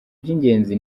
by’ingenzi